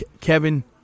Kevin